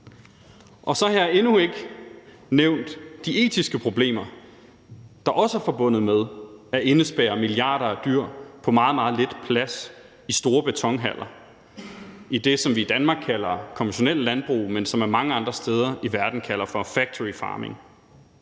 Og så har jeg endnu ikke nævnt de etiske problemer, der også er forbundet med at indespærre milliarder af dyr på meget lidt plads i store betonhaller i det, som vi i Danmark kalder konventionelt landbrug, men som man andre steder i verden kalder for factory farming.